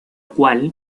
cual